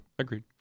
Agreed